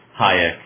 Hayek